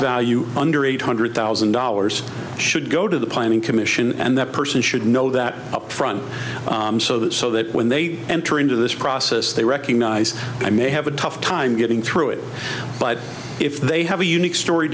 value under eight hundred thousand dollars should go to the planning commission and that person should know that up front so that so that when they enter into this process they recognize i may have a tough time getting through it but if they have a unique story